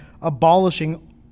abolishing